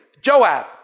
Joab